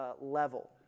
level